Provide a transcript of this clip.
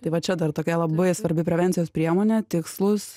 tai va čia dar tokia labai svarbi prevencijos priemonė tikslus